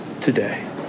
today